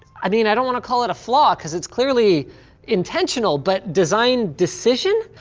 i mean, i don't want to call it a flaw cause it's clearly intentional, but design decision?